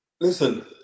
Listen